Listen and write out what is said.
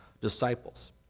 disciples